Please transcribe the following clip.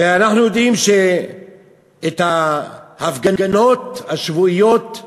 ואנחנו יודעים שאת ההפגנות השבועיות,